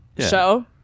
show